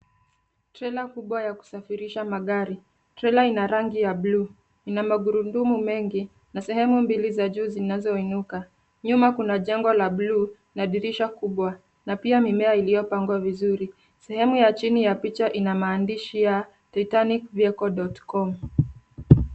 Treka kubwa ya kusafirisha magari. Trela ina rangi ya bluu. Ina magurudumu mengi na sehemu mbili za juu zinazoinuka. Nyuma kuna jengo la bluu na dirisha kubwa na pia mimea iliyopangwa vizuri. Sehemu ya chini ya picha ina maandishi ya Tetanic vehicle dot com .